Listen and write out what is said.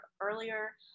earlier